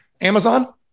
Amazon